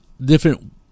different